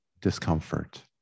discomfort